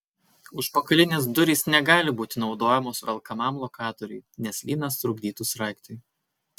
užpakalinės durys negali būti naudojamos velkamam lokatoriui nes lynas trukdytų sraigtui